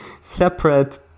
separate